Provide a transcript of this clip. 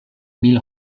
mil